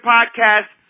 Podcast